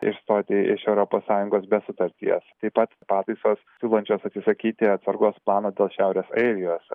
išstoti iš europos sąjungos be sutarties taip pat pataisos siūlančios atsisakyti atsargos plano dėl šiaurės airijos